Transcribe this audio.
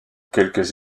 quelques